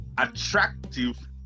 Attractive